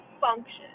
function